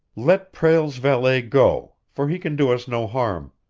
let prale's valet go, for he can do us no harm.